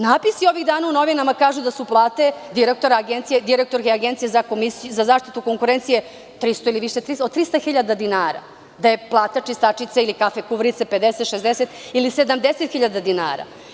Natpisi ovih dana u novinama kažu da su plate direktorke „Agencije za zaštitu konkurencije“ više od 300.000 dinara, da je plata čistačice ili kafe-kuvarice 50, 60 ili 70 hiljada dinara.